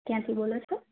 ક્યાંથી બોલો છો